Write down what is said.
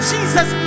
Jesus